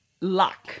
luck